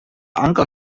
anker